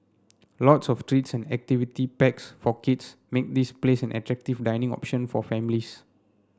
lots of treats and activity packs for kids make this place an attractive dining option for families